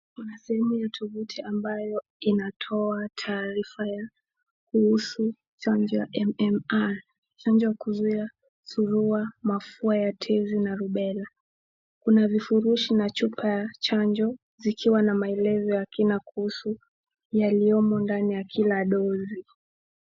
Kuna sehemu ya tovuti ambayo inatoa taarifa ya chanjo ya MMR, chanjo ya kuzuia surua, mafua ya tezi na lubera. Kuna vifurushi na ya chanjo vikiwa na maelezo ya kina kuhusu yaliyomo ndani ya kila ndori.